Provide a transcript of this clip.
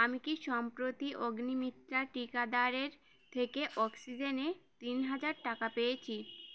আমি কি সম্প্রতি অগ্নিমিত্রা টিকাদারের থেকে অক্সিজেনে তিন হাজার টাকা পেয়েছি